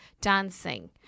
dancing